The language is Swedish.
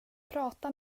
prata